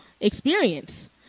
experience